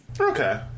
Okay